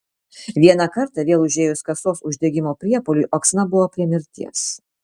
vieną kartą vėl užėjus kasos uždegimo priepuoliui oksana buvo prie mirties